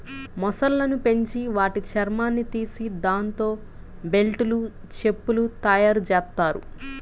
మొసళ్ళను పెంచి వాటి చర్మాన్ని తీసి దాంతో బెల్టులు, చెప్పులు తయ్యారుజెత్తారు